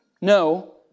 No